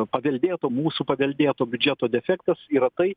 paveldėto mūsų paveldėto biudžeto defektas yra tai